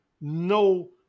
no